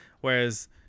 Whereas